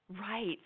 right